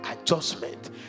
adjustment